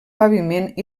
paviment